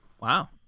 wow